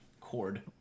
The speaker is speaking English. Cord